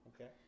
okay